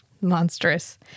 monstrous